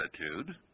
attitude